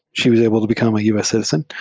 she was able to become a u s. citizen.